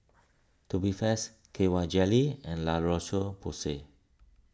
Tubifast K Y Jelly and La Roche Porsay